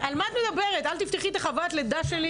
ההיריון ובמשך הלידה,